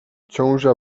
ciąża